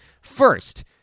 first